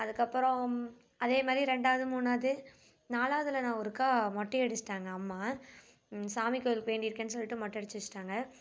அதுக்கப்பறம் அதே மாதிரி ரெண்டாவது மூணாவது நாலாவுதில் நான் ஒருக்கா மொட்டை அடிச்சிட்டாங்கள் அம்மா சாமி கோயில்க்கு வேண்டியிருகேன் சொல்லிட்டு மொட்டை அடித்து வச்சிட்டாங்க